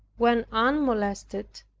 when unmolested,